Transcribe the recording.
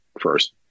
first